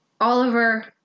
Oliver